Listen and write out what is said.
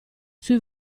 sui